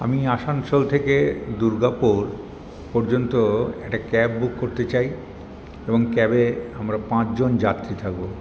আমি আসানসোল থেকে দুর্গাপুর পর্যন্ত একটা ক্যাব বুক করতে চাই এবং ক্যাবে আমরা পাঁচজন যাত্রী থাকবো